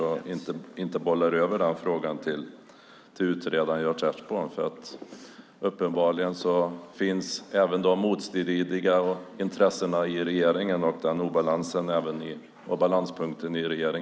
I stället bollas här frågan över till utredaren Jan Ertsborn. Uppenbarligen finns det även i regeringen motstridiga intressen beträffande balanspunkten.